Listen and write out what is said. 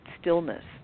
stillness